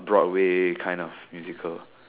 Broadway kind of musical